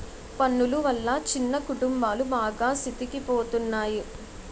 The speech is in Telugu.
పన్నులు వల్ల చిన్న కుటుంబాలు బాగా సితికిపోతున్నాయి